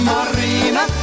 Marina